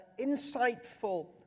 insightful